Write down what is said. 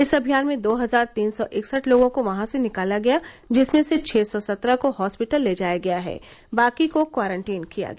इस अभियान में दो हजार तीन सौ इकसठ लोगों को वहां से निकाला गया जिसमें से छः सौ सत्रह को हॉस्पिटल ले जाया गया है बाकी को क्वारेंटाइन किया गया